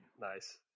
nice